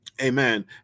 Amen